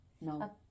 No